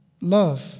love